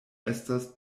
estas